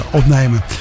opnemen